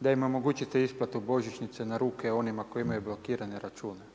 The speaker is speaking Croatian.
da im omogućite isplate božićnice na ruke, onima koji imaju blokirane račune.